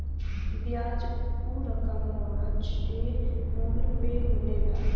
बियाज ऊ रकम होला जे मूल पे मिलेला